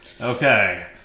okay